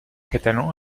catalan